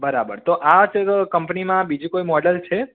બરાબર તો આ કંપનીમાં બીજું કોઈ મોડેલ છે